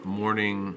morning